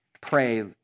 pray